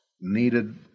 needed